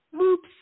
Oops